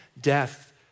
death